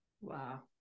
Wow